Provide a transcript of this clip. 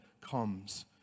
comes